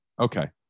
Okay